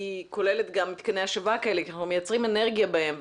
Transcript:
כוללת מתקני השבה כאלה כי אנחנו מייצרים אנרגיה בהם.